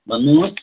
भन्नुहोस्